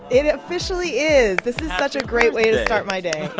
it officially is. this is such a great way to start my day